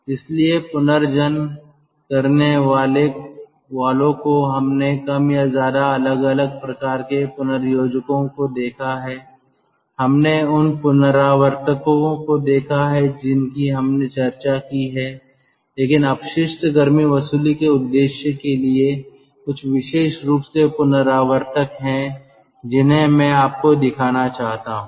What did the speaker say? इसलिए पुनर्जन्न करने वालों को हमने कम या ज्यादा अलग अलग प्रकार के पुनरयोजको को देखा है हमने उन रिकूपरेटर को देखा है जिनकी हमने चर्चा की है लेकिन अपशिष्ट गर्मी वसूली के उद्देश्य के लिए कुछ विशेष रूप से रिकूपरेटर हैं जिन्हें मैं आपको दिखाना चाहता हूं